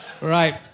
Right